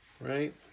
right